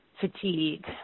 fatigue